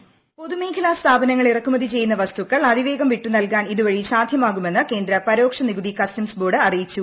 voice പൊതു മേഖലാ സ്ഥാപനങ്ങൾ ഇറക്കുമതി ചെയ്യുന്ന വസ്തുക്കൾ അതിവേഗം വിട്ടു നൽകാൻ ഇതുവഴി സാധ്യമാകുമെന്ന് കേന്ദ്ര പരോക്ഷ നികുതി കസ്റ്റംസ് ബോർഡ് അറിയിച്ചു